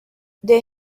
they